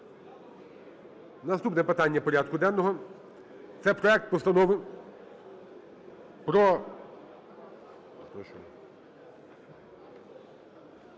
Наступне питання порядку денного - це проект постанови про…